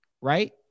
Right